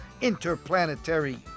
interplanetary